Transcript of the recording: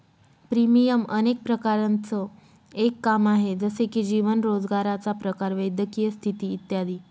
premium अनेक प्रकारांचं एक काम आहे, जसे की जीवन, रोजगाराचा प्रकार, वैद्यकीय स्थिती इत्यादी